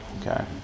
Okay